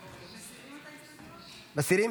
מסירים?